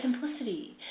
simplicity